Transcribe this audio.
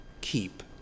keep